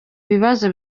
bibazo